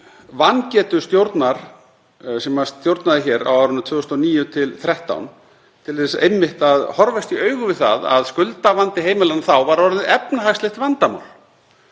vangetu stjórnar sem stjórnaði hér á árunum 2009–2013 til þess einmitt að horfast í augu við það að skuldavandi heimilanna þá var orðinn efnahagslegt vandamál